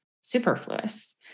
superfluous